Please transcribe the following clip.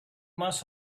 must